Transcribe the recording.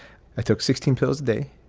i took sixteen pills a day.